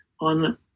on